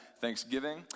Thanksgiving